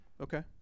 Okay